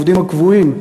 העובדים הקבועים,